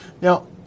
Now